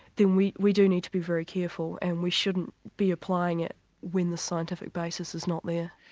then we we do need to be very careful and we shouldn't be applying it when the scientific basis is not there.